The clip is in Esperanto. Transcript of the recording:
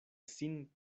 sin